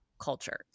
culture